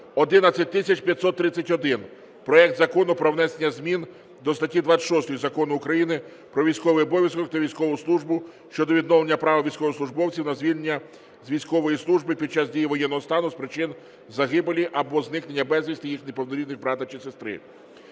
11531 – проект Закону про внесення змін до статті 26 Закону України "Про військовий обов'язок та військову службу" щодо відновлення права військовослужбовців на звільнення з військової служби під час дії воєнного стану з причин загибелі або зникнення безвісти їх неповнорідних брата чи сестри.